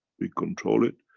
we control it.